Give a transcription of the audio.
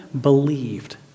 believed